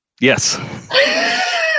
yes